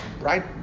right